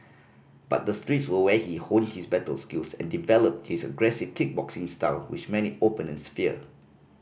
but the streets were where he honed his battle skills and developed his aggressive kickboxing style which many opponents fear